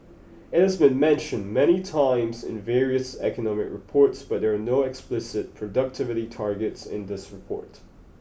it has been mentioned many times in various economic reports but there are no explicit productivity targets in this report